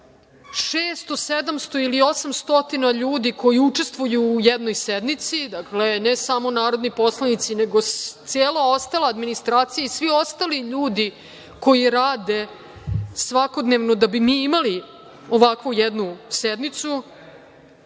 600, 700 ili 800 ljudi koji učestvuju u jednoj sednici, dakle, ne samo narodni poslanici, nego cela ostala administracija i svi ostali ljudi koji rade svakodnevno da bi mi imali ovakvu jednu sednicu.